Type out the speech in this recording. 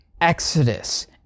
Exodus